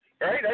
right